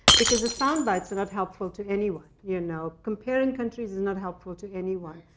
because the soundbites are not helpful to anyone you know. comparing countries is not helpful to anyone.